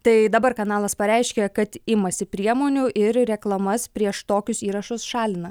tai dabar kanalas pareiškė kad imasi priemonių ir reklamas prieš tokius įrašus šalina